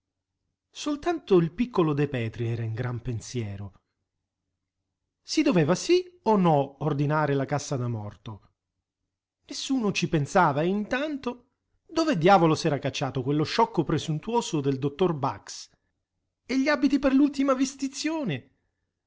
soltanto il piccolo de petri era in gran pensiero si doveva sì o no ordinare la cassa da morto nessuno ci pensava e intanto dove diavolo s'era cacciato quello sciocco presuntuoso del dottor bax e gli abiti per l'ultima vestizione